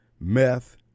meth